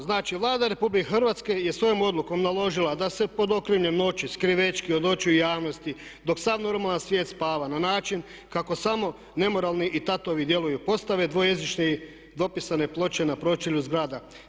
Znači, Vlada RH je svojom odlukom naložila da se pod okriljem noći, skrivećki, od očiju javnosti, dok sav normalan svijet spava na način kako samo nemoralni i tatovi djeluju postave, dvojezični dopisane ploče na pročelju zgrada.